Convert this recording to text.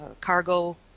cargo